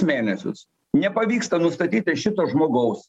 mėnesius nepavyksta nustatyti šito žmogaus